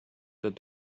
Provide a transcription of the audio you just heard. that